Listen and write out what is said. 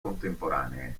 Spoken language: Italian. contemporanee